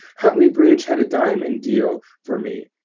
huntley bridge had a diamond deal for me.